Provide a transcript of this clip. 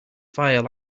fire